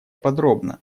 подробно